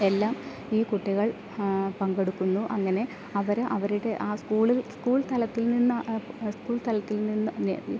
എല്ലാം ഈ കുട്ടികൾ പങ്കെടുക്കുന്നു അങ്ങനെ അവർ അവരുടെ ആ സ്കൂളിൽ സ്കൂൾ തലത്തിൽ നിന്ന് സ്കൂൾ തലത്തിൽ നിന്ന്